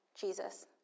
Jesus